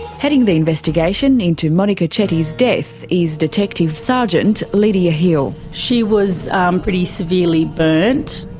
heading the investigation into monika chetty's death is detective sergeant lidia hill. she was um pretty severely burnt,